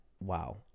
Wow